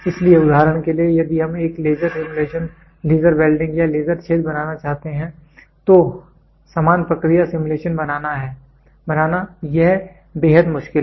इसलिए उदाहरण के लिए यदि हम एक लेजर सिमुलेशन लेजर वेल्डिंग या लेजर छेद बनाना चाहते हैं तो समान प्रक्रिया सिमुलेशन बनाना यह बेहद मुश्किल है